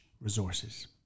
resources